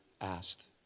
asked